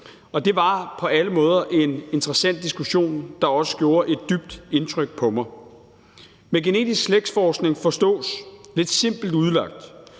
og det var på alle måder en interessant diskussion, der også gjorde et dybt indtryk på mig. Med genetisk slægtsforskning forstås, lidt simpelt udlagt,